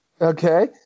Okay